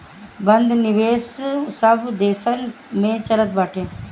बंध निवेश सब देसन में चलत बाटे